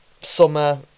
summer